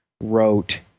wrote